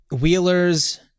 Wheeler's